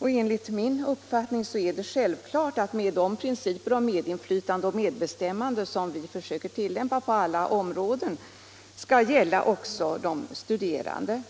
Enligt min uppfattning är det självklart att de principer om medinflytande och medbestämmande som vi försöker tillämpa på alla områden skall gälla också för de studerande.